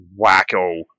wacko